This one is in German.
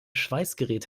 schweißgerät